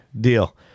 Deal